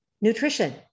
Nutrition